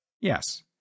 Yes